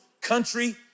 country